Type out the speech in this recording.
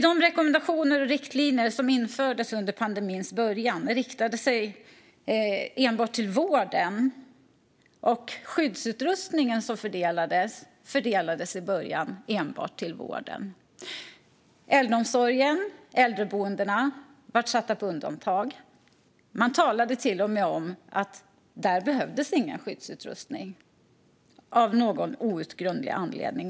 De rekommendationer och riktlinjer som infördes under pandemins början riktade sig enbart till vården, och den skyddsutredning som fördelades i början fördelades enbart till vården. Äldreomsorgen och äldreboendena blev satta på undantag. Man talade till och med om att det inte behövdes någon skyddsutrustning där, av någon outgrundlig anledning.